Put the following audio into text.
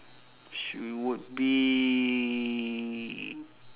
should be